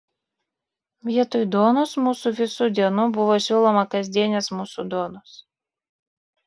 vietoj duonos mūsų visų dienų buvo siūloma kasdienės mūsų duonos